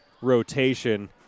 rotation